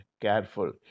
careful